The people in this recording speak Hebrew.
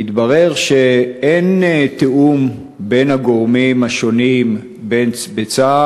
והתברר שאין תיאום בין הגורמים השונים בצה"ל,